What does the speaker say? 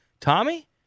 Tommy